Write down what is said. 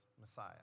Messiah